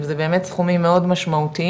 זה באמת סכומים מאוד משמעותיים,